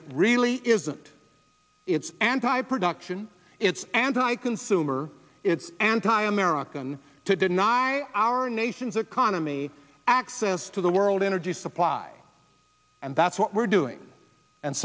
it really isn't it's anti production it's anti consumer it's anti american to deny our nation's economy access to the world energy supply and that's what we're doing and